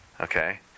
Okay